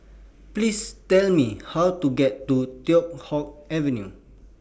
Please Tell Me How to get to Teow Hock Avenue